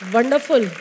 Wonderful